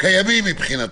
קיימים מבחינתו.